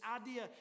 idea